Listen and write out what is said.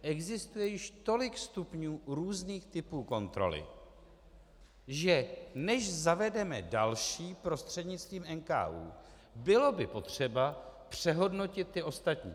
Existuje již tolik stupňů různých typů kontroly, že než zavedeme další prostřednictvím NKÚ, bylo by potřeba přehodnotit ty ostatní.